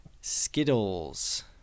skittles